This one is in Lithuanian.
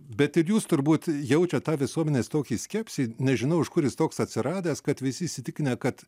bet ir jūs turbūt jaučiat tą visuomenės tokį skepsį nežinau iš kur jis toks atsiradęs kad visi įsitikinę kad